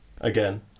again